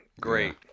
Great